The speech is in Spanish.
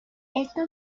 esto